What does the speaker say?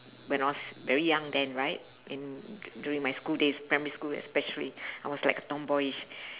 when I was very young then right in during my school days primary school especially I was like a tomboyish